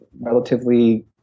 relatively